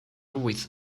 with